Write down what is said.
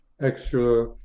extra